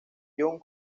john